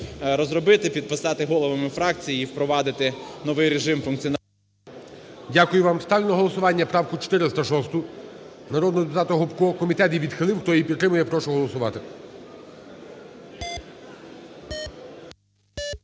розробити, підписати головами фракцій і впровадити новий режим. ГОЛОВУЮЧИЙ. Дякую вам. Ставлю на голосування правку 406 народного депутата Гопко. Комітет її відхилив. Хто її підтримує, прошу голосувати.